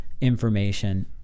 information